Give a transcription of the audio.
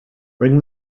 bring